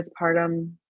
postpartum